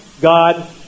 God